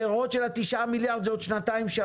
הפירות של תשעה המיליארד זה בעוד שנתיים-שלוש.